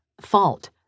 fault